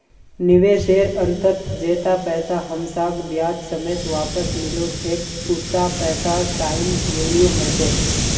निवेशेर अंतत जैता पैसा हमसाक ब्याज समेत वापस मिलो छेक उता पैसार टाइम वैल्यू ह छेक